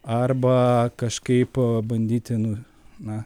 arba kažkaip bandyti nu nu